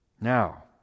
Now